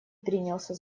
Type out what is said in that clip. принялся